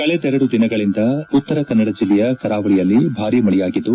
ಕಳೆದೆರಡು ದಿನಗಳಿಂದ ಉತ್ತರಕನ್ನಡ ಜಿಲ್ಲೆಯ ಕರಾವಳಿಯಲ್ಲಿ ಭಾರೀ ಮಳೆಯಾಗಿದ್ದು